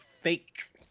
fake